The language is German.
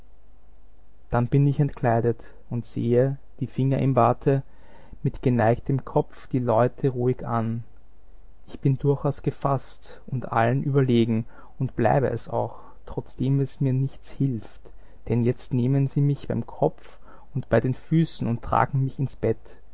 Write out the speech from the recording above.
dann bin ich entkleidet und sehe die finger im barte mit geneigtem kopf die leute ruhig an ich bin durchaus gefaßt und allen überlegen und bleibe es auch trotzdem es mir nichts hilft denn jetzt nehmen sie mich beim kopf und bei den füßen und tragen mich ins bett